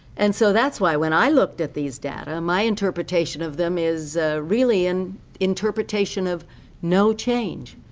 and so that's why when i looked at these data, my interpretation of them is really an interpretation of no change,